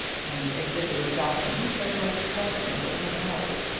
and exhibited doctrines of most questionable morality.